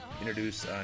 introduce